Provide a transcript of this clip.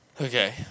Okay